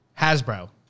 Hasbro